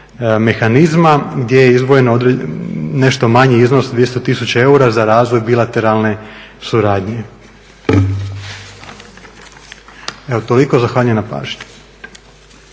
mehanizma. Gdje je izdvojeno nešto manji iznos, 200 tisuća eura za razvoj bilateralne suradnje. Evo toliko, zahvaljujem na pažnji.